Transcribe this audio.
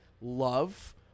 love